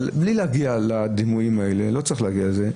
אבל בלי להגיע לדימויים האלה, לא צריך להגיע לזה,